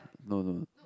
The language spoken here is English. no no